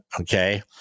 okay